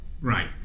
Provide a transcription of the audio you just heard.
Right